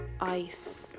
ice